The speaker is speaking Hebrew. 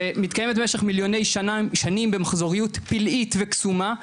שמתקיימת במשך מיליוני שנים במחזוריות פלאית וקסומה,